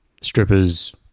strippers